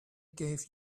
gave